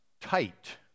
tight